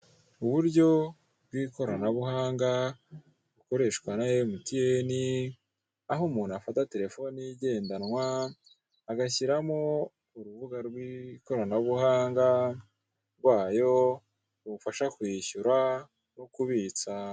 Uburyo bw'ikoranbuhanga bukoreshwa na emutiyeni, aho umuntu afata telefone ye igendanwa, agashyiramo urubuga rw'ikoranabuhanga rwayo, rumufasha kwishyura no kubitsa.